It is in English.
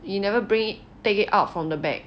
he never bring it take it out from the bag